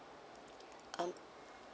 um